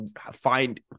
find –